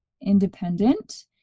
independent